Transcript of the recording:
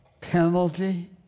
penalty